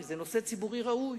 הרי זה נושא ציבורי ראוי.